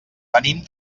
venim